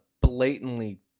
blatantly